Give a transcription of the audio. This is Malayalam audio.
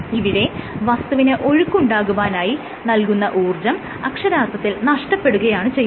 ഇവിടെ വസ്തുവിന് ഒഴുക്ക് ഉണ്ടാകുവാനായി നൽകുന്ന ഊർജം അക്ഷരാർത്ഥത്തിൽ നഷ്ടപ്പെടുകയാണ് ചെയ്യുന്നത്